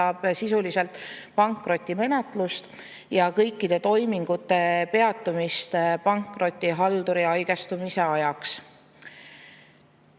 sisuliselt pankrotimenetlust ja kõikide toimingute peatumist pankrotihalduri haigestumise ajaks.